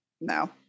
No